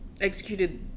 executed